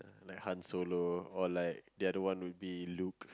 like Han-Solo or like the other one would be Luke